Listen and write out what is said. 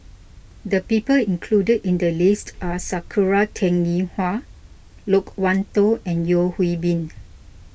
the people included in the list are Sakura Teng Ying Hua Loke Wan Tho and Yeo Hwee Bin